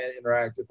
interactive